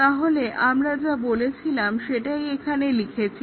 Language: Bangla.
তাহলে আমরা যা বলেছিলাম সেটাই এখানে লিখেছি